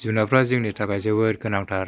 जुनारफ्रा जोंनि थाखाय जोबोर गोनांथार